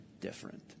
different